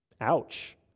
Ouch